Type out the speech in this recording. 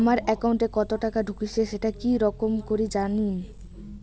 আমার একাউন্টে কতো টাকা ঢুকেছে সেটা কি রকম করি জানিম?